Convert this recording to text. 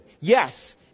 yes